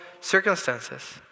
circumstances